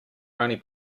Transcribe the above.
only